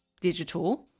digital